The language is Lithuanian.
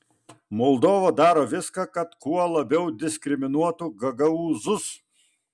moldova daro viską kad kuo labiau diskriminuotų gagaūzus